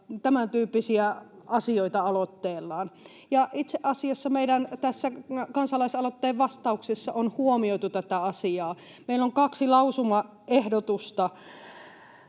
tämäntyyppisiä asioita aloitteellaan. Itse asiassa tässä meidän kansalaisaloitteen vastauksessa on huomioitu tätä asiaa: meillä on kaksi lausumaa, joista